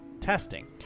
testing